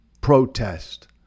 protest